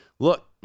look